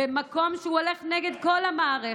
במקום שהוא הולך נגד כל המערכת.